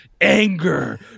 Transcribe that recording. anger